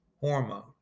hormone